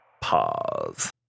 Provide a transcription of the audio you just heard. pause